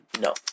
No